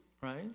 right